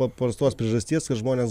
paprastos priežasties kad žmonės